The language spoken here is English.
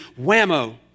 whammo